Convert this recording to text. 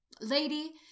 Lady